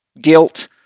guilt